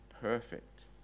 perfect